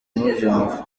mubyumva